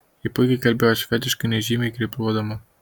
ji puikiai kalbėjo švediškai nežymiai grebluodama